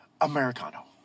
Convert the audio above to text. Americano